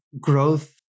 growth